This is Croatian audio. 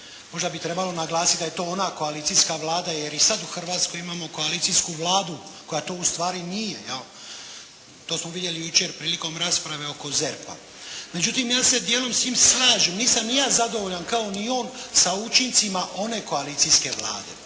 možda bi trebalo naglasiti da je to ona koalicijska Vlada jer i sad u Hrvatskoj imamo koalicijsku Vladu koja to ustvari nije, jel. To smo vidjeli jučer prilikom rasprave oko ZERP-a. Međutim ja se dijelom s njim slažem. Nisam ni ja zadovoljan kao ni on sa učincima one koalicijske Vlade.